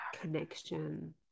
connection